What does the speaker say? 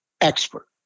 expert